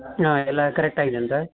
ಹಾಂ ಎಲ್ಲ ಕರೆಕ್ಟಾಗಿದ್ಯಂತಾ